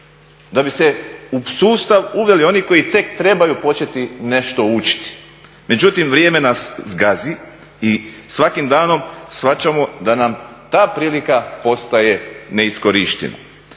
da bi se u sustav uveli oni koji tek trebaju početi nešto učiti, međutim vrijeme nas zgazi i svakim danom shvaćamo da nam ta prilika postaje neiskorištena.